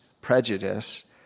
prejudice